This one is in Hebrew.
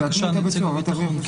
בבקשה, נציג הביטחון.